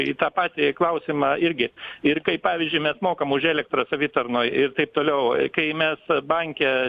į tą patį klausimą irgi ir kaip pavyzdžiui mes mokam už elektrą savitarnoj ir taip toliau kai mes banke